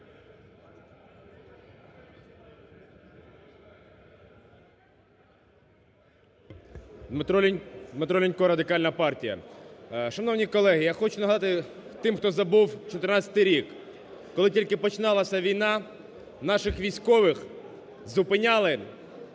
Дмитро Лінько, Радикальна партія. Шановні колеги, я хочу нагадати тим, хто забув 14-й рік, коли тільки починалася війна, наших військових зупиняли